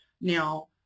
Now